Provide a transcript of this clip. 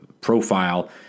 profile